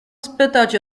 spytać